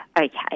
Okay